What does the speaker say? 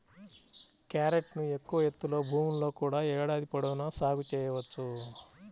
క్యారెట్ను ఎక్కువ ఎత్తులో భూముల్లో కూడా ఏడాది పొడవునా సాగు చేయవచ్చు